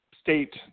state